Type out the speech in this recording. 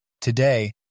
today